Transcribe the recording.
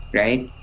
right